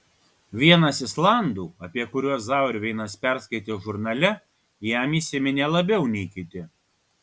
vienas islandų apie kuriuos zauerveinas perskaitė žurnale jam įsiminė labiau nei kiti